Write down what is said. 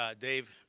ah dave,